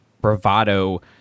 bravado